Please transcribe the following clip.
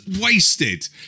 wasted